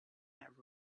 that